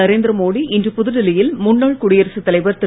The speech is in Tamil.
நரேந்திர மோடி இன்று புதுடெல்லியில் முன்னாள் குடியரசுத் தலைவர் திரு